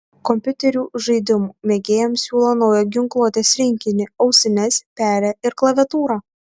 kompiuterių žaidimų mėgėjams siūlo naują ginkluotės rinkinį ausines pelę ir klaviatūrą